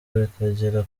bikagera